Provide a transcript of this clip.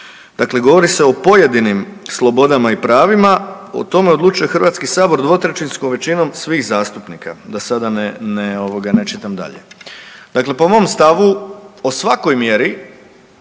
Dakle govori se o pojedinim slobodama i pravima, o tome odlučuje Hrvatski sabor dvotrećinskom većinom svih zastupnika. Da sada ne, ovoga ne čitam dalje. Dakle, po mom stavu o svakoj mjeri